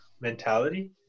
mentality